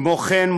כמו כן,